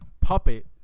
puppet